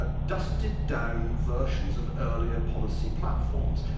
ah dusted down versions of earlier policy platforms,